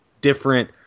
different